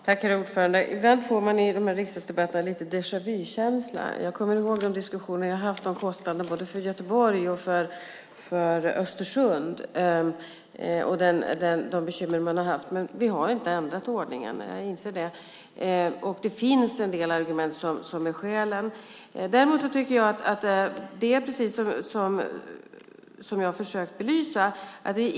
Herr talman! Ibland får man en känsla av déjà vu i de här riksdagsdebatterna. Jag kommer ihåg de diskussioner jag har haft om kostnaderna och de bekymmer man har haft i Göteborg och Östersund. Vi har inte ändrat ordningen. Jag inser det. Det finns en del argument som skäl för detta. Det är precis så som jag har försökt belysa.